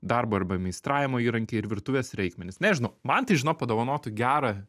darbo arba meistravimo įrankiai ir virtuvės reikmenys nežinau man tai žinok padovanotų gerą